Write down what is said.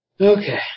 Okay